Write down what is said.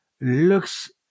looks